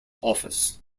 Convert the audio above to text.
office